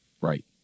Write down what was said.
Right